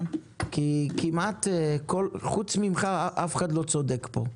כי לדבריך חוץ ממך כמעט אף אחד לא צודק פה,